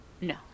No